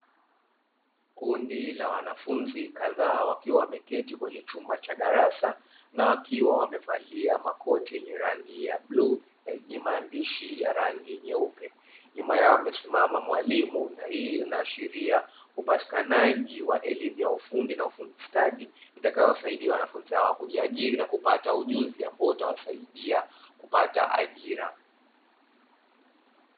Kundi la wanafunzi kadhaa, wakiwa wameketi katika chumba cha darasa na wakiwa wamevalia makoti yenye rangi ya bluu yenye maandishi ya rangi nyeupe. Nyuma yao amesimama mwalimu na hii inaashiria upatikanaji wa elimu ya ufundi na ufundi stadi, itakayowasaidia wanafunzi hawa kujiajiri na kupata ujuzi ambao utawasaidia kupata ajira.